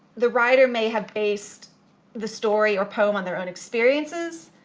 the writer may have based the story or poem on their own experiences,